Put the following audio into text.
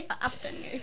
afternoon